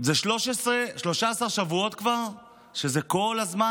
זה 13 שבועות כבר שזה כל הזמן,